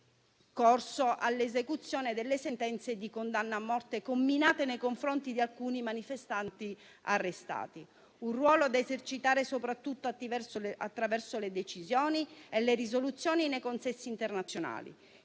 corso all'esecuzione delle sentenze di condanna a morte comminate nei confronti di alcuni manifestanti arrestati, un ruolo da esercitare soprattutto attraverso le decisioni e le risoluzioni nei consessi internazionali.